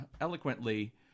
eloquently